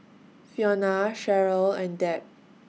Fiona Cheryle and Deb